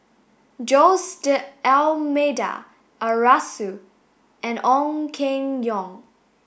Jose D'almeida Arasu and Ong Keng Yong